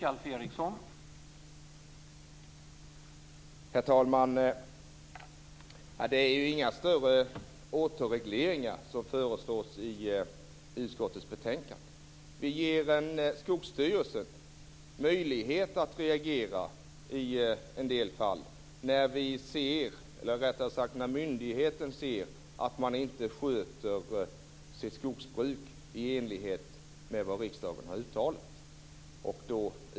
Herr talman! Det är inga större återregleringar som föreslås i utskottets betänkande. Vi ger Skogsstyrelsen en möjlighet att reagera i de fall då myndigheten ser att skogsbruket inte sköts i enlighet med vad riksdagen har uttalat.